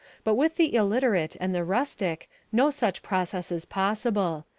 but with the illiterate and the rustic no such process is possible.